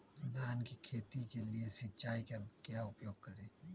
धान की खेती के लिए सिंचाई का क्या उपयोग करें?